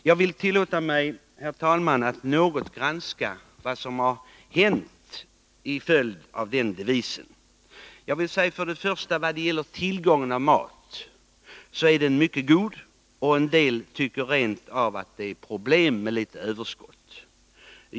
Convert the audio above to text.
Jag tillåter mig, herr talman, att något granska vad som har hänt till följd av den devisen. 2 Jag vill först och främst säga att tillgången på mat är mycket god. En del tycker rent av att det är problem med ett litet överskott.